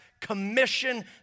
commission